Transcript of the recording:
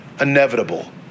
Inevitable